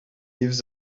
lives